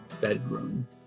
bedroom